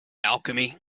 alchemy